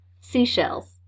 Seashells